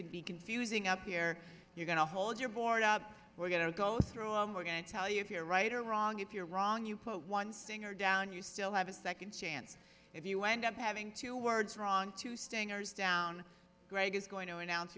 can be confusing up here you're going to hold your board up we're going to go through a morgue and tell you if you're right or wrong if you're wrong you put one singer down you still have a second chance if you end up having two words wrong to stingers down greg is going to announce